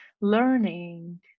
learning